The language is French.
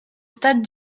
stade